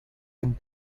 and